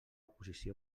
posició